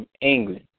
England